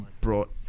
brought